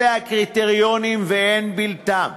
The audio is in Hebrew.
אלה הקריטריונים ואין בלתם,